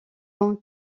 ont